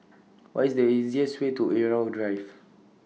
What IS The easiest Way to Irau Drive